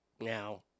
Now